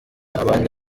abandi